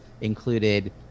included